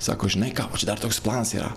sako žinai ką dar toks planas yra